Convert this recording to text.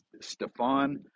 Stefan